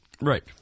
Right